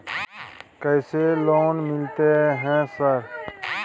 कैसे लोन मिलते है सर?